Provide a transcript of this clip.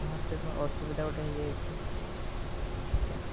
ହଁ ସେଇପରା ଅସୁବିଧା ଗୋଟେ ହୋଇଯାଇଛି ଆଜ୍ଞା